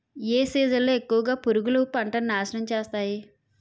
ఏ season లో ఎక్కువుగా పురుగులు పంటను నాశనం చేస్తాయి?